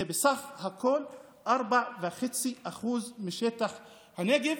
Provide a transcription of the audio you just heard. זה בסך הכול 4.5% משטח הנגב.